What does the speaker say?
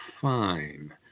fine